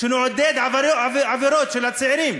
שנעודד עבירות של הצעירים?